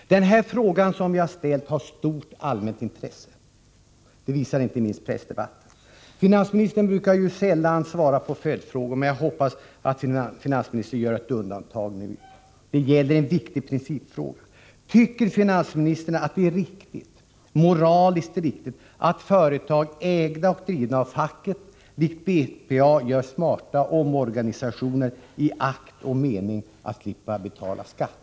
Den fråga som jag har ställt har stort allmänt intresse. Det visar inte minst pressdebatten. Finansministern brukar sällan svara på följdfrågor, men jag hoppas att finansministern gör ett undantag nu. Det gäller en viktig principfråga: Tycker finansministern att det är moraliskt riktigt att företag ägda och drivna av facket likt BPA gör smarta omorganisationer i akt och mening att slippa betala skatt?